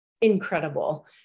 incredible